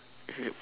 yup